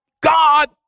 God